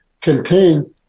contain